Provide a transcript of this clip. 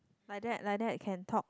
like that like that can talk